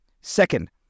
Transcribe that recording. Second